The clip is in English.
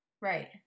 right